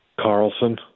Carlson